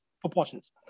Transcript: proportions